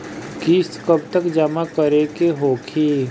किस्त कब तक जमा करें के होखी?